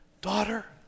daughter